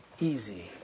Easy